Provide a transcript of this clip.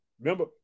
Remember